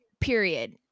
period